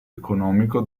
economico